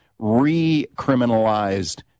recriminalized